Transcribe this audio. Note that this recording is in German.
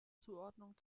zuordnung